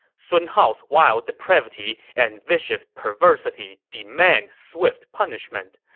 sun hao's wild depravity and vicious perversity demand swift punishment.